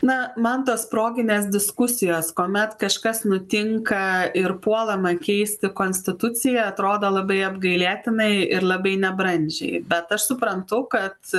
na man tos proginės diskusijos kuomet kažkas nutinka ir puolama keisti konstituciją atrodo labai apgailėtinai ir labai nebrandžiai bet aš suprantu kad